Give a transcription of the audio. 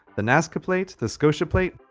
the nazca plate? the scotia plate?